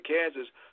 Kansas